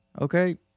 Okay